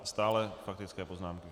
Stále faktické poznámky.